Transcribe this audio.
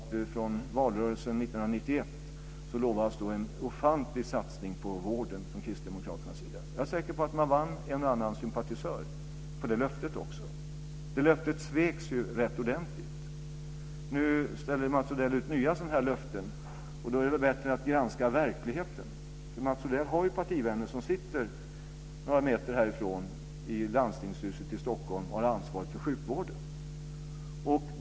I valrörelsen 1991 utlovades en ofantlig satsning på vården från Kristdemokraternas sida. Jag är säker på att man också vann en och annan sympatisör på det löftet. Det löftet sveks rätt ordentligt. Mats Odell har ju partivänner som sitter några meter från Riksdagshuset, i Landstingshuset i Stockholm, och har ansvaret för sjukvården.